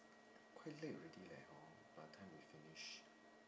quite late already eh hor by the time we finish